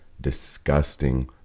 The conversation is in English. disgusting